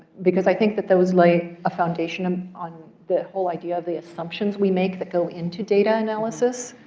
because i think that those lay a foundation um on the whole idea of the assumptions we make that go into data analysis,